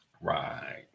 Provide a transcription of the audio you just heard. Right